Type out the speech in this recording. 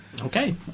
Okay